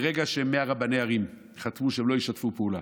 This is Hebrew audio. ברגע ש-100 רבני ערים חתמו שהם לא ישתפו פעולה